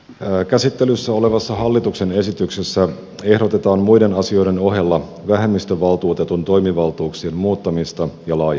käsittelyssä olevassa hallituksen esityksessä ehdotetaan muiden asioiden ohella vähemmistövaltuutetun toimivaltuuksien muuttamista ja laajentamista